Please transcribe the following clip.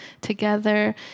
together